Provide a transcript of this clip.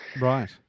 Right